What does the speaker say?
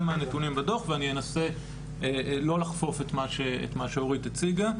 מהנתונים בדוח ואני אנסה לא לחפוף את מה שאורית הציגה.